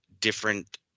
different